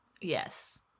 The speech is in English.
Yes